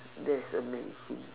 that is amazing